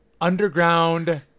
underground